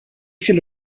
viele